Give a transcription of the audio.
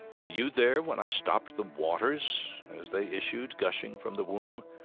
were you there when i stopped the waters, as they issued gushing from the womb?